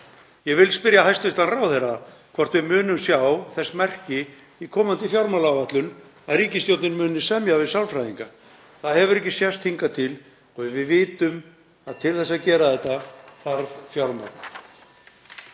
Ég vil spyrja hæstv. ráðherra hvort við munum sjá þess merki í komandi fjármálaáætlun að ríkisstjórnin muni semja við sálfræðinga. Það hefur ekki sést hingað til og við vitum að til þess að gera þetta þarf fjármagn.